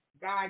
God